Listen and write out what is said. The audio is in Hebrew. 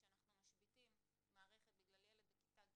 כשאנחנו משביתים מערכת בגלל ילד בכיתה ג',